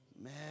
Man